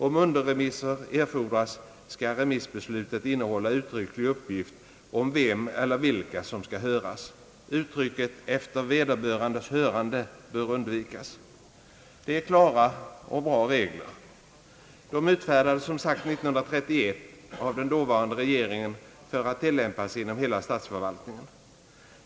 Om underremiss erfordras, skall remissbeslutet innehålla uttrycklig uppgift om vem eller vilka som skall höras. Uttrycket »efter vederbörandes hörande» bör undvikas. Det är klara och bra regler. De utfärdades som sagt 1931 av den dåvarande regeringen för att tillämpas inom hela statsförvaltningen.